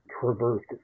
traversed